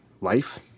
life